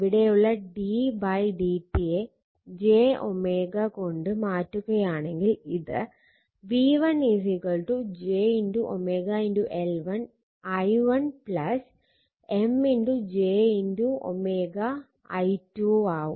ഇവിടെയുള്ള d dt യെ j കൊണ്ട് മാറ്റുകയാണെങ്കിൽ ഇത് v1 j L1 i1 M j i2 ആവും